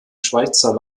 schweizer